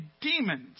demons